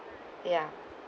ya